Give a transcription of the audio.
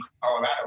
Colorado